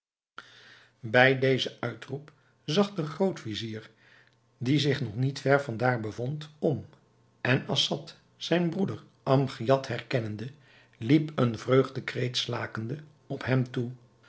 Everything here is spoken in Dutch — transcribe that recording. bij dezen uitroep zag de groot-vizier die zich nog niet ver van daar bevond om en assad zijn broeder amgiad herkennende liep een vreugdekreet slakende op hem toe